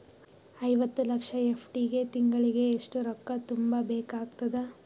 ಐವತ್ತು ಲಕ್ಷ ಎಫ್.ಡಿ ಗೆ ತಿಂಗಳಿಗೆ ಎಷ್ಟು ರೊಕ್ಕ ತುಂಬಾ ಬೇಕಾಗತದ?